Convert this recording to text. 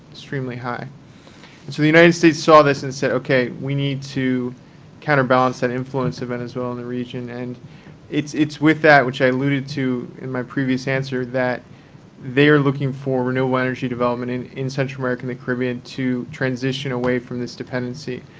extremely high. so the united states saw this and said, ok, we need to counterbalance that influence of venezuela in the region. and it's it's with that which i alluded to in my previous answer, that they are looking for renewable energy development in in central america and the caribbean to transition away from this dependency.